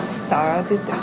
started